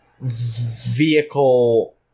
Vehicle